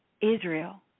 Israel